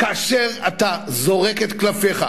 כאשר אתה זורק את קלפיך,